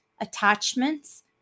attachments